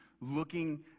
looking